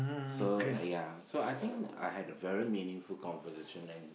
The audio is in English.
so ya so I think I had a very meaningful conversation and